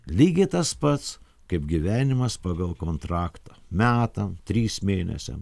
lygiai tas pats kaip gyvenimas pagal kontraktą metam trys mėnesiam